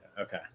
Okay